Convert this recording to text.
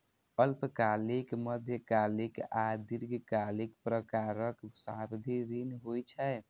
अल्पकालिक, मध्यकालिक आ दीर्घकालिक प्रकारक सावधि ऋण होइ छै